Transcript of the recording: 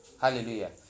Hallelujah